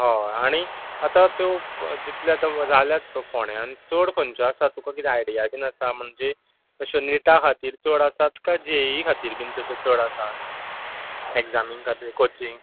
हय आनी आतां त्यो जितल्यो आतां जाल्यात न्हू फोंड्यांत चड खंयच्यो आसा तुका कितें आयडिया बीन आसा म्हणजे अश्यो निटा खातीर चड आसात काय जे इ इ खातीर बीन तश्यो चड आसात एक्जामी खातीर कॉचिंग